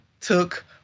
took